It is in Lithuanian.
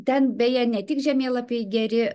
ten beje ne tik žemėlapiai geri